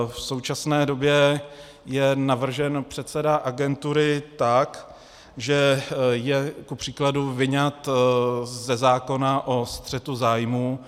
V současné době je navržen předseda agentury tak, že je kupříkladu vyňat ze zákona o střetu zájmů.